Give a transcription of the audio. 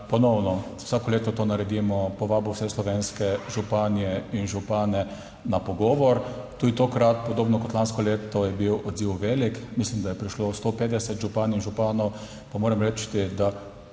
ponovno, vsako leto to naredimo, povabil vse slovenske županje in župane na pogovor. Tudi tokrat, podobno kot lansko leto, je bil odziv velik, mislim, da je prišlo 150 županj, županov, pa moram reči, da